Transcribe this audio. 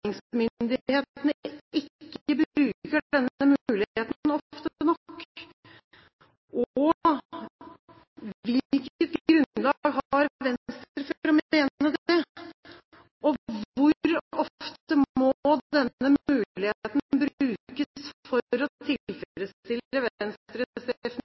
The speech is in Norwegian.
bruker denne muligheten ofte nok. Hvilket grunnlag har Venstre for å mene det, og hvor ofte må denne muligheten brukes for